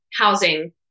housing